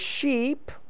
sheep